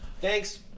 Thanks